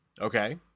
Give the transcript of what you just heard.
Okay